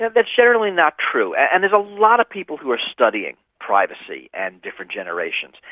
that's generally not true, and there's a lot of people who are studying privacy and different generations.